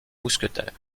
mousquetaires